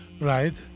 Right